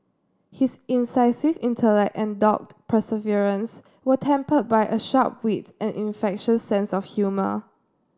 his incisive intellect and dogged perseverance were tempered by a sharp wit and infectious sense of humour